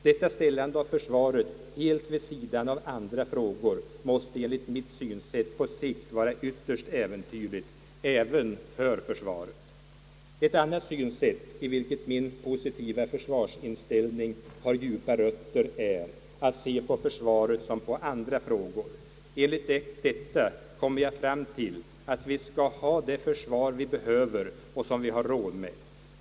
Detta ställande av försvaret helt vid sidan av andra frågor måste enligt mitt synsätt på sikt vara ytterst äventyrligt, även för försvaret. Ett annat synsätt, i vilket min positiva försvarsinställning har djupa rötter, är att se på försvaret som på andra frågor. Enligt detta kommer jag fram till att vi skall ha det försvar vi behöver och har råd med.